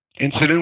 incident